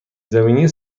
زمینی